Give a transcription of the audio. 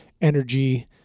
energy